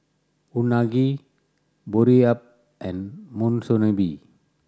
Unagi Boribap and Monsunabe